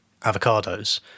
avocados